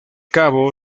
cabo